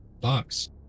box